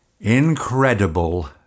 Incredible